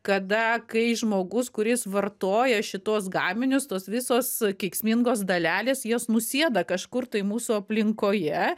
kada kai žmogus kuris vartoja šituos gaminius tos visos kenksmingos dalelės jos nusėda kažkur tai mūsų aplinkoje